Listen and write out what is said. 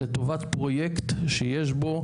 לטובת פרויקט שיש בו